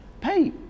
pay